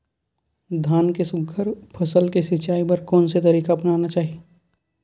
धान के सुघ्घर फसल के सिचाई बर कोन से तरीका अपनाना चाहि?